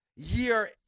year